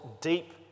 deep